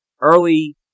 early